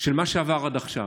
של מה שעבר עד עכשיו.